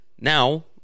now